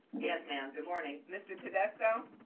yes, ma'am, good morning. mr. tedesco?